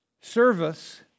Service